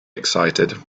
excited